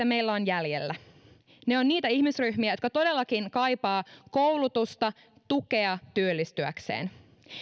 meillä on jäljellä ne ovat niitä ihmisryhmiä jotka todellakin kaipaavat koulutusta tukea työllistyäkseen